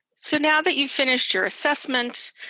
so now that you've finished your assessment,